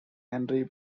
henry